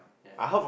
ya